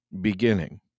beginning